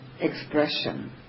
expression